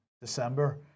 December